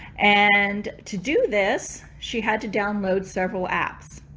and to do this she had to download several apps,